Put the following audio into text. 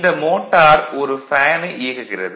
இந்த மோட்டார் ஒரு ஃபேனை இயக்குகிறது